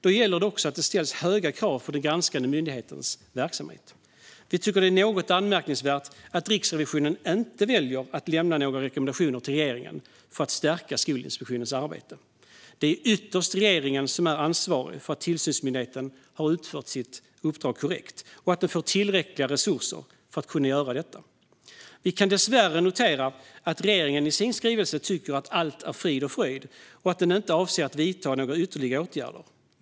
Då gäller det också att det ställs höga krav på den granskande myndighetens verksamhet. Vi tycker att det är något anmärkningsvärt att Riksrevisionen inte väljer att lämna några rekommendationer till regeringen för att stärka Skolinspektionens arbete. Det är ytterst regeringen som är ansvarig för att tillsynsmyndigheten har utfört sitt uppdrag korrekt och att den får tillräckliga resurser för att kunna göra detta. Vi kan dessvärre notera att regeringen i sin skrivelse tycker att allt är frid och fröjd och att den inte avser att vidta några ytterligare åtgärder.